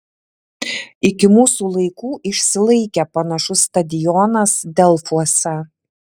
iki mūsų laikų išsilaikė panašus stadionas delfuose